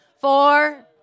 Four